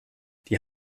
die